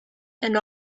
and